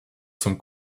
zum